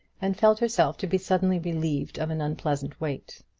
and felt herself to be suddenly relieved of an unpleasant weight.